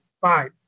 five